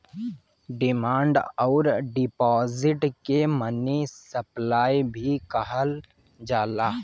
demand अउर deposit के money supply भी कहल जाला